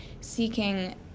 seeking